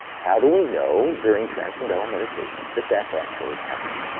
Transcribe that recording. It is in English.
how do we know during transcendental meditation, that that's actually happening.